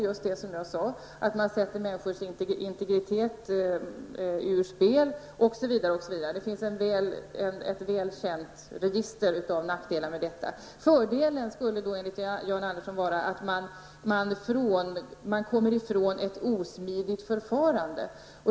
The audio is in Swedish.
Det var just det jag sade, att man sätter människors integritet ur spel. Det finns ett väl känt register av nackdelar med detta. Fördelen skulle enligt Jan Andersson vara att man kommer ifrån ett osmidigt förfarande.